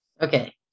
Okay